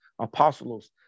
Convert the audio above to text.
Apostles